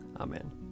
Amen